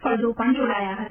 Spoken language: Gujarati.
ફળદ્દ પણ જોડાયા હતા